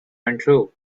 untrue